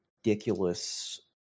ridiculous